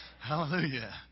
Hallelujah